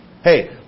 Hey